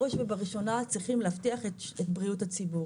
בראש ובראשונה צריכים להבטיח את בריאות הציבור.